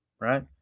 right